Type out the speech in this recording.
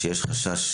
שיש חשש